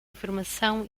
informação